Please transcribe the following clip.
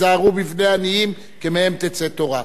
יחד עם זה, הם יכולים גם להיות חולים.